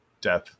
death